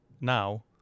now